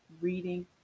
reading